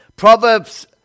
Proverbs